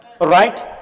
Right